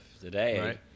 Today